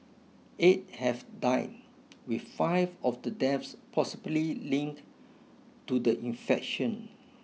eight have died with five of the deaths possibly linked to the infection